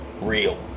real